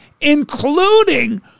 including